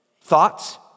thoughts